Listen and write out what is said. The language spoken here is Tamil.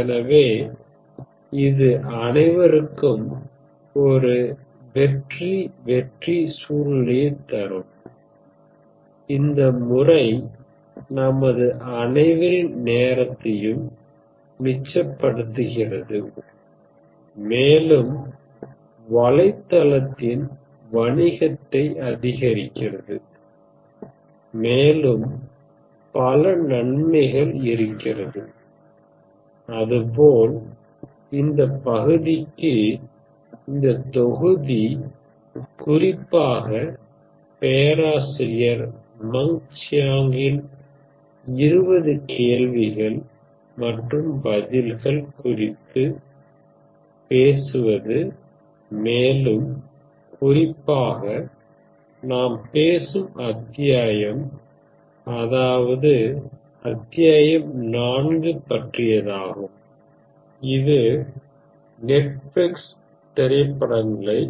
எனவே இது அனைவருக்கும் ஒரு வெற்றி வெற்றி சூழ்நிலையை தரும் இந்த முறை நமது அனைவரின் நேரத்தையும் மிச்சப்படுத்துகிறது மேலும் வலைத்தளத்தின் வணிகத்தை அதிகரிக்கிறது மேலும் பல நன்மைகள் இருக்கிறது அதுபோல் இந்த பகுதிக்கு இந்த தொகுதி குறிப்பாக பேராசிரியர் மங் சியாங்கின் நெட்வொர்க் லைஃப் பிரின்ஸ்டன் பிரின்ஸ்டன் பல்கலைக்கழகத்தின் 20 கேள்விகள் மற்றும் பதில்கள் குறித்து பேசுவது மேலும் குறிப்பாக நாம் பேசும் அத்தியாயம் அதாவது அத்தியாயம் 4 பற்றியதாகும் இது நெட்ஃபிக்ஸ் திரைப்படங்களை